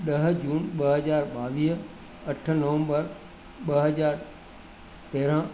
ॾह जून ॿ हज़ार ॿावीह अठ नवंबर ॿ हज़ार तेरहं